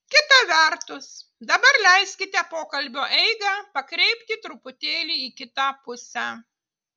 kita vertus dabar leiskite pokalbio eigą pakreipti truputėlį į kitą pusę